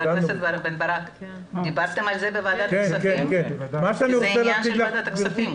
כי זה עניין של ועדת הכספים.